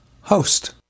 host